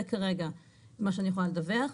זה כרגע מה שאני יכולה לדווח עליו.